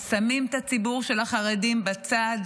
אז שמים את הציבור של החרדים בצד.